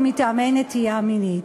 או מטעמי נטייה מינית.